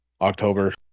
october